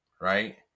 right